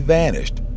vanished